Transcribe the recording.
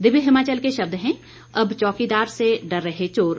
दिव्य हिमाचल के शब्द हैं अब चौकीदार से डर रहे चोर